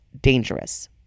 dangerous